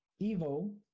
Evo